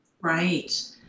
right